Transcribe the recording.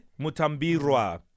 Mutambirwa